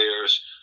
players